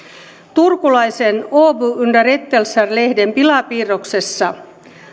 turkulaisen åbo underrättelser lehden pilapiirroksessa